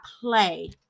play